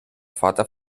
vater